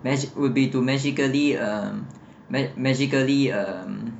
magic~ would be to magically um